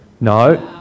No